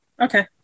Okay